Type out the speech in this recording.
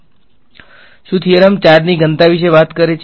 વિદ્યાર્થી શું theorem charge ની ઘનતા વિશે વાત કરે છે